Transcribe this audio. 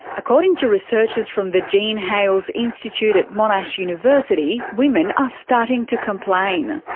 according to researchers from the jean hailes institute at monash university, women are starting to complain.